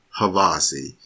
Havasi